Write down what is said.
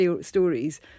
stories